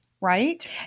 right